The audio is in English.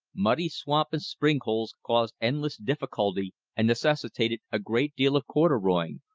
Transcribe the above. muddy swamp and spring-holes caused endless difficulty and necessitated a great deal of corduroying,